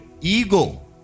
Ego